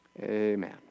Amen